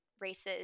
races